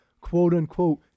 quote-unquote